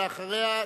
ואחריה,